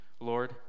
Lord